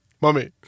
mommy